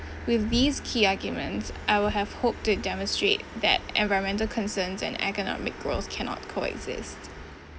with these key arguments I will have hoped to demonstrate that environmental concerns and economic growth cannot coexist